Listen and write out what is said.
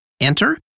Enter